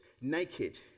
naked